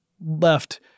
left